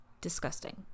disgusting